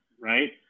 right